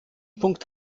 punkt